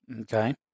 Okay